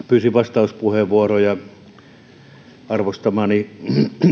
pyysin vastauspuheenvuoroa arvostamani